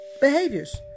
behaviors